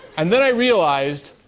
and then i realized,